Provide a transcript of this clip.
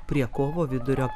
prie kovo vidurio